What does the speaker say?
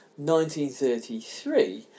1933